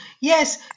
Yes